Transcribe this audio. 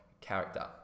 character